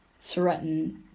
threaten